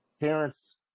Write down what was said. parents